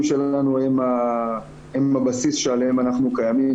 שלנו הם הבסיס שעליהם אנחנו קיימים,